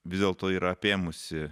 vis dėlto yra apėmusi